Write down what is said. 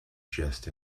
just